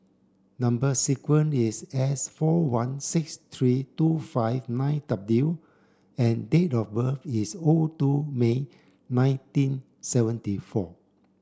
number sequence is S four one six three two five nine W and date of birth is O two May nineteen seventy four